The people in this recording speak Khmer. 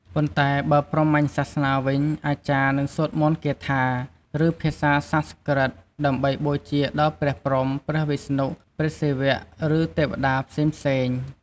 ប៉ុន្តែបើព្រហ្មញ្ញសាសនាវិញ អាចារ្យនឹងសូត្រមន្តគាថា ឬភាសាសំស្ក្រឹត ដើម្បីបូជាដល់ព្រះព្រហ្ម ព្រះវិស្ណុ ព្រះសិវៈ ឬទេវតាផ្សេងៗ។